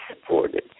supported